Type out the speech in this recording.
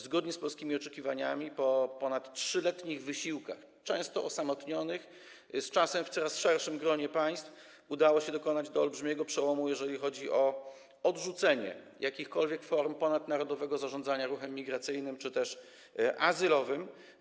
Zgodnie z polskimi oczekiwaniami po ponad 3-letnich wysiłkach, często osamotnionych, z czasem w coraz szerszym gronie państw, udało się dokonać olbrzymiego przełomu, jeżeli chodzi o odrzucenie jakichkolwiek form ponadnarodowego zarządzania ruchem migracyjnym czy też azylowym.